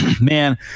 Man